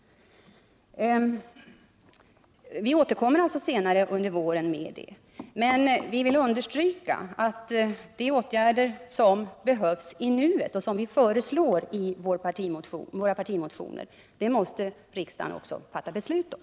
Vi återkommer alltså senare under våren. Men jag vill understryka att de åtgärder som behövs i nuet och som vi föreslår i våra partimotioner måste riksdagen också fatta beslut om.